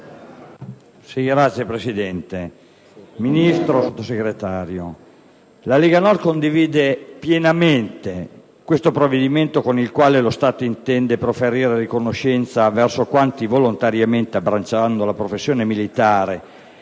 Signor Presidente, signor Ministro, signor Sottosegretario, la Lega Nord condivide pienamente il provvedimento, con il quale lo Stato intende proferire riconoscenza verso quanti volontariamente, abbracciando la professione militare